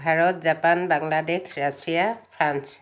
Bharat Japan Bangladesh Russia France